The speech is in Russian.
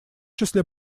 числе